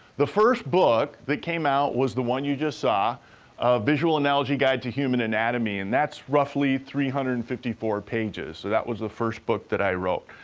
the first book that came out was the one you just saw, a visual analogy guide to human anatomy, and that's roughly three hundred and fifty four pages, so that was the first book that i wrote.